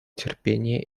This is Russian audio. терпения